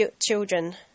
children